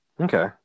okay